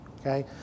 okay